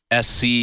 SC –